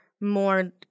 more